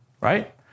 right